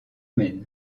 main